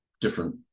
different